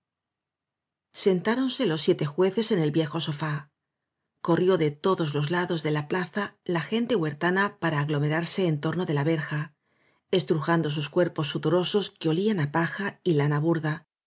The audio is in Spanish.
sentáronse los siete jueces en el viejo sofá corrió de todos los lados de la plaza la gente huertana para aglomerarse en torno de la verja estrujando sus cuerpos sudorosos que olían á paja y lana burda